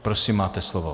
Prosím, máte slovo.